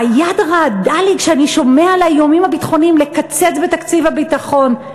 והיד רעדה לי כשאני שמעתי על האיומים הביטחוניים לקצץ בתקציב הביטחון.